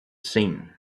seen